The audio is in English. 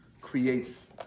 creates